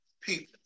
people